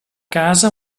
casa